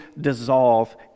dissolve